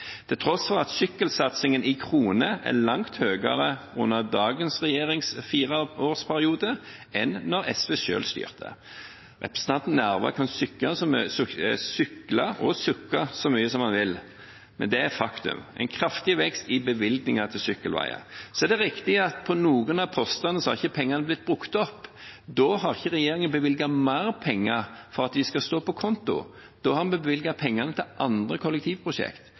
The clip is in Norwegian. at sykkelsatsingen i kroner er langt høyere under dagens regjerings fireårsperiode enn da SV selv styrte. Representanten Nævra kan sykle og sukke så mye han vil, men det er faktum at det er en kraftig vekst i bevilgninger til sykkelveier. Så er det riktig at på noen av postene har ikke pengene blitt brukt opp. Da har ikke regjeringen bevilget mer penger for at de skal stå på konto. Da har vi bevilget pengene til andre